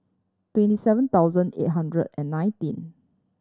twenty seven thousand eight hundred and nineteen